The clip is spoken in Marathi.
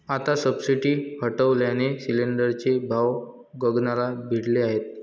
आता सबसिडी हटवल्याने सिलिंडरचे भाव गगनाला भिडले आहेत